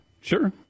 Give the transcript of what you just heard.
Sure